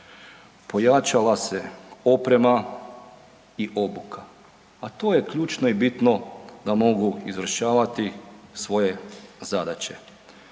pojačala se oprema i obuka, a to je ključno i bitno da mogu izvršavati svoje zadaće.